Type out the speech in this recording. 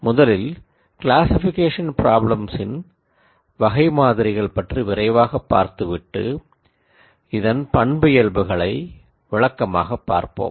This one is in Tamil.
முதலில் க்ளாசிக்பிகேஷன் பிராப்ளம்ஸின் வகைமாதிரிகள் பற்றி விரைவாகப் பார்த்துவிட்டு இதன் பண்பியல்புகளை விளக்கமாகப் பார்ப்போம்